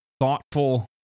thoughtful